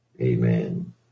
Amen